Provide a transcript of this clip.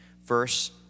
verse